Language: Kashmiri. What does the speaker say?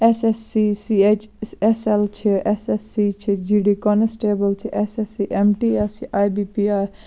S S C C H S L چھِ ایٚس ایٚس سی چھِ جی ڈی کانسٹیبل چھِ S S C M T S چھِ آیۍ بی پی